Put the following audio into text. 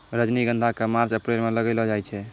रजनीगंधा क मार्च अप्रैल म लगैलो जाय छै